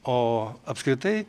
o apskritai